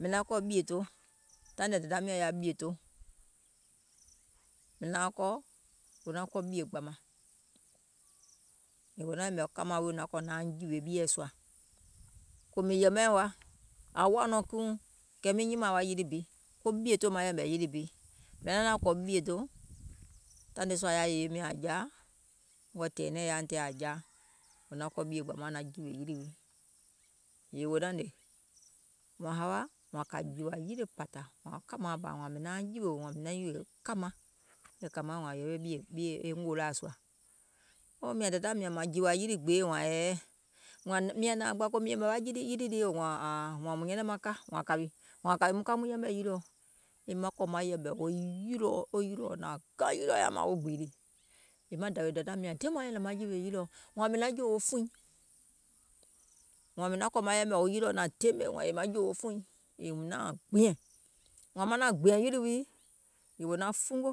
Mìŋ kɔ̀ ɓìèdoo, taìŋ nɛ dèda miɔ̀ŋ yaȧ ɓìèdoo, mìŋ naaŋ kɔ̀, wò naŋ kɔ̀ ɓìè gbȧmȧŋ, yèè wò naŋ yɛ̀mɛ̀ kȧmaȧŋ wii naŋ kɔ̀ nauŋ jìwè ɓieɛ̀ sùȧ, kòò mìŋ yɛ̀mɛìŋ wa, ȧŋ woà nɔŋ kiiuŋ, kɛɛ miŋ nyimȧȧŋ wa yilì bi, ko ɓìèdoo maŋ yɛ̀mɛ̀ yili bi. Mìŋ naŋ naȧŋ kɔ̀ ɓìèdoo, taìŋ nii sùȧ yaȧ yèye miɔ̀ŋ jaa, ngɔɔ̀ tɛ̀ɛ̀nɛɛ̀ŋ yaȧuŋ tìyèe aŋ jaa, wò naŋ kɔ̀ ɓìè gbàmȧaŋ naŋ jìwè yilì wii, yèè wò naŋ hnè wȧȧŋ hȧwa, kȧ jìwȧ yilì pȧtȧ, wȧȧŋ kȧmaȧŋ bȧ mìŋ nauŋ jìwèò, mìŋ naŋ jìwè kȧmaŋ, wȧȧŋ kȧmaȧŋ yewe ngòòlaȧ sùȧ, oo mìȧŋ dèda mȧŋ jìwà yilì gbee wȧȧŋ ɛ̀ɛ, mìȧŋ nȧȧŋgbȧ kòò mìŋ yɛ̀mɛ̀ wa yilì liiò, wȧȧŋ mùŋ nyɛnɛŋ maŋ ka, wȧȧŋ kàwì, wȧȧŋ kȧwì muŋ ka muŋ ka muŋ yɛmɛ̀ yilìɔ, yèè maŋ kɔ̀ maŋ yɛ̀mɛ̀ yilìɔ, wo yilìɔ naŋ gȧŋ, wo yilìɔ yaȧ mȧȧŋ wɔŋ gbììlì, yèè maŋ dàwè dèda mìȧŋ, diè maŋ nyɛ̀nɛ̀ŋ maŋ jìwì yilìɔ, wȧȧŋ mìŋ naŋ jòwò fùùiŋ, wȧȧŋ mìŋ naŋ kɔ̀ maŋ yɛ̀mɛ̀ yilìɔ naŋ deemè yèè mìŋ naŋ jòwò fùùiŋ mìŋ nauŋ gbìɛ̀ŋ, wȧȧŋ maŋ naȧŋ gbìɛ̀ŋ yilì wii yèè wò naŋ fungo,